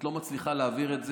את לא מצליחה להעביר את זה,